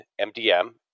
MDM